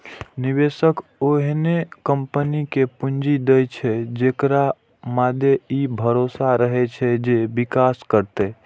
निवेशक ओहने कंपनी कें पूंजी दै छै, जेकरा मादे ई भरोसा रहै छै जे विकास करतै